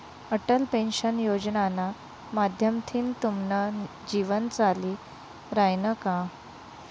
Atal pension योजनाना माध्यमथीन तुमनं जीवन चाली रायनं का?